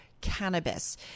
cannabis